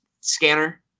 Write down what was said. scanner